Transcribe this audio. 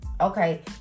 Okay